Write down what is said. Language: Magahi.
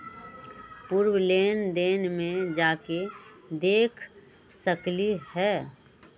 पूर्व लेन देन में जाके देखसकली ह?